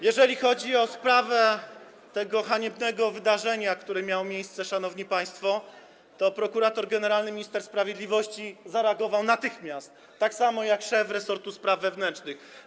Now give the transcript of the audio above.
Jeżeli chodzi o sprawę tego haniebnego wydarzenia, które miało miejsce, szanowni państwo, prokurator generalny - minister sprawiedliwości zareagował natychmiast, tak samo jak szef resortu spraw wewnętrznych.